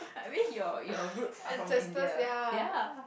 I mean yours yours root are from India